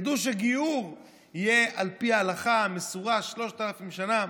ידעו שגיור יהיה על פי ההלכה המסורה שלושת אלפים שנה.